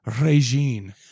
Regine